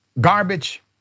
garbage